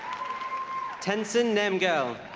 tenzin namgyel